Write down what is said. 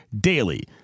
DAILY